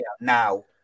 now